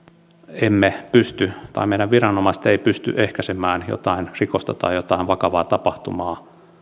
emme pysty tai meidän viranomaisemme eivät pysty ehkäisemään jotain rikosta tai jotain vakavaa tapahtumaa